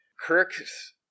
Kirk's